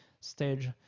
stage